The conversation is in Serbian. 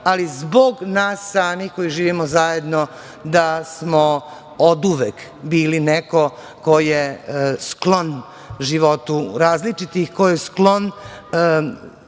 ali zbog nas samih koji živimo zajedno, da smo oduvek bili neko ko je sklon životu različitih i ko je sklon